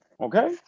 okay